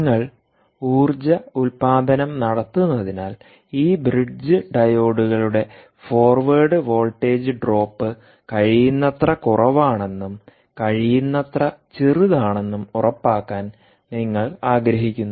നിങ്ങൾ ഊർജ്ജ ഉൽപാദനം നടത്തുന്നതിനാൽ ഈ ബ്രിഡ്ജ് ഡയോഡുകളുടെ ഫോർവേഡ് വോൾട്ടേജ് ഡ്രോപ്പ് കഴിയുന്നത്ര കുറവാണെന്നും കഴിയുന്നത്ര ചെറുതാണെന്നും ഉറപ്പാക്കാൻ നിങ്ങൾ ആഗ്രഹിക്കുന്നു